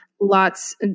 lots